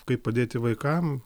kaip padėti vaikam